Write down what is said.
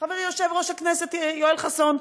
חברי היושב-ראש יואל חסון.